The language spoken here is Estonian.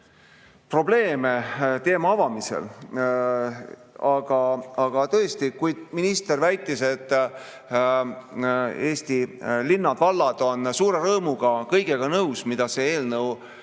probleeme teema avamisel. Aga tõesti, kui minister väitis, et Eesti linnad ja vallad on suure rõõmuga nõus kõigega, mida see eelnõu